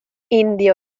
indio